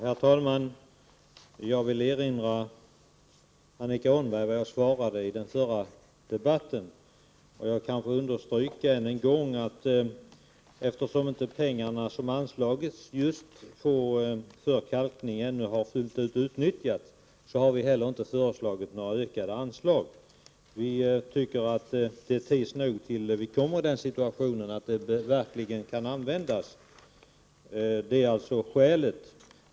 Herr talman! Jag vill erinra Annika Åhnberg om vad jag svarade i den förra debatten, och jag vill än en gång understryka att eftersom de pengar som har anslagits just till kalkning ännu inte har utnyttjats fullt ut, har vi inte heller föreslagit några ökade anslag. Vi tycker att det tids nog blir dags för det när vi kommer i den situationen att medlen verkligen kan användas. Det är alltså skälet.